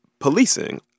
Policing